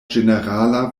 ĝenerala